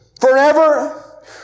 Forever